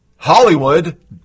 Hollywood